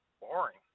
boring